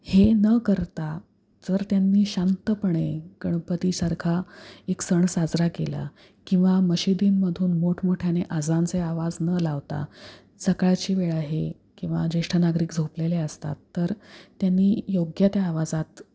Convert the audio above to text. हे न करता जर त्यांनी शांतपणे गणपतीसारखा एक सण साजरा केला किंवा मशिदींमधून मोठमोठ्याने अजानचे आवाज न लावता सकाळची वेळ आहे किंवा ज्येष्ठ नागरिक झोपलेले असतात तर त्यांनी योग्य त्या आवाजात